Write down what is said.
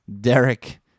Derek